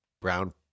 brown